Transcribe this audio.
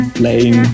playing